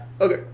okay